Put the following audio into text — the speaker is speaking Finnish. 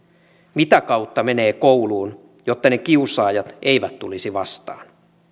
mitä kautta menee kouluun jotta ne kiusaajat eivät tulisi vastaan